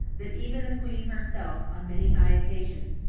that even the queen herself, on many high occasions,